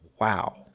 wow